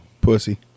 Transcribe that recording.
Pussy